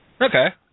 Okay